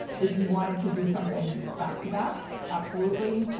if you wanted to do something back to back, absolutely.